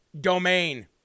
domain